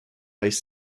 ice